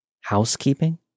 Housekeeping